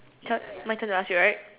turn my turn to ask you right